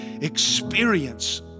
experience